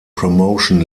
promotion